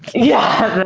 yeah.